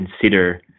consider